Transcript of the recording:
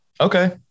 Okay